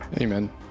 amen